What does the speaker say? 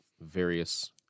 various